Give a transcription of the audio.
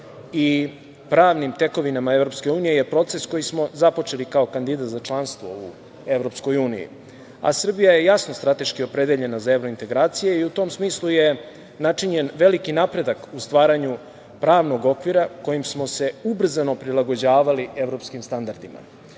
i pravnim tekovinama EU je proces koji smo započeli kao kandidat za članstvo u EU, a Srbija je jasno strateški opredeljena za evrointegracije i u tom smislu je načinjen veliki napredak u stvaranju pravnog okvira kojim smo se ubrzano prilagođavali evropskim standardima. Cilj